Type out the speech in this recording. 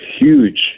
huge